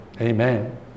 amen